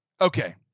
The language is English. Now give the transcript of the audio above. okay